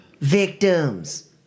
victims